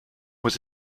muss